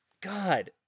God